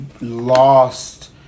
Lost